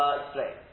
explain